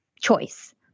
choice